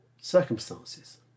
circumstances